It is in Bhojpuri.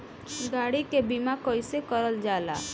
गाड़ी के बीमा कईसे करल जाला?